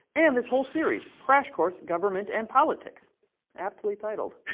and this whole series crash course government and politics aptly titled.